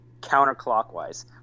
counterclockwise